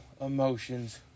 emotions